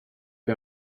mir